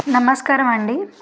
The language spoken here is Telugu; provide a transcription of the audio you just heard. నమస్కారమండి